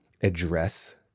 address